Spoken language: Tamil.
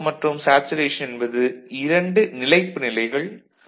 கட் ஆஃப் மற்றும் சேச்சுரேஷன் என்பது இரண்டு நிலைப்பு நிலைகள்